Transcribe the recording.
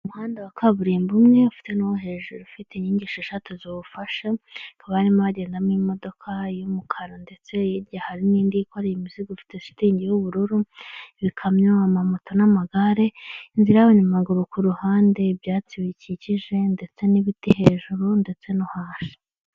Umuhanda wa kaburimbo umwe afite n'uwo hejuru ufite inkingi eshatu ziwufasha barimo bagendamo imodoka y'umukara ndetse hirya hari n'indi itwara imizigo ifite shitingi y'ubururu. Ikamyo, amamoto n'amagare, inzira y'abanyamaguru kuhande, ibyatsi bikikije, ndetse n'ibiti hejuru, ndetse no hasi.